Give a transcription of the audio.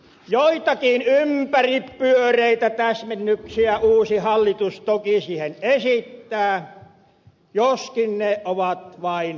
ja eihän nainen joka on joitakin ympäripyöreitä täsmennyksiä uusi hallitus toki siihen esittää joskin ne ovat vain kosmeettisia